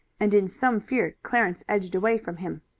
and in some fear clarence edged away from him.